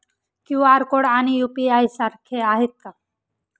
QR code आणि UPI सारखे आहेत का?